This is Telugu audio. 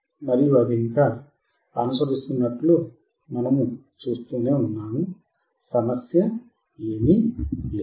మరియు అది ఇంకా అనుసరిస్తున్నట్లు మనం చూస్తాము సమస్య లేదు